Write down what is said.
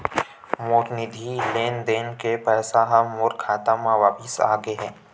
मोर निधि लेन देन के पैसा हा मोर खाता मा वापिस आ गे